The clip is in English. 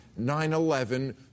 9-11